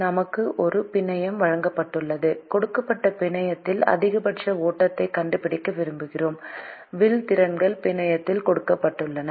நமக்கு ஒரு பிணையம் வழங்கப்பட்டுள்ளது கொடுக்கப்பட்ட பிணையத்தில் அதிகபட்ச ஓட்டத்தை கண்டுபிடிக்க விரும்புகிறோம் வில் திறன்கள் பிணையத்தில் கொடுக்கப்பட்டுள்ளன